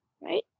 Right